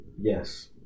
Yes